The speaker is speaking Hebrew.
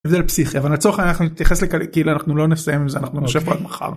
הבדל פסיכי. אבל לצורך הענין אנחנו נתייחס ל... כאילו.. אנחנו לא נסיים עם זה, אנחנו נשב פה עד מחר.